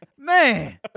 Man